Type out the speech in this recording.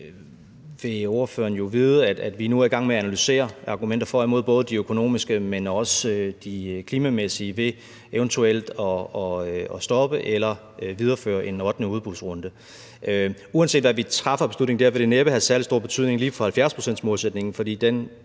vil vide, at vi nu er i gang med at analysere argumenter for og imod – både de økonomiske, men også de klimamæssige – i forhold til eventuelt at stoppe eller videreføre en ottende udbudsrunde. Uanset hvad vi træffer af beslutning, vil det næppe have særlig stor betydning for lige 70-procentsmålsætningen, for den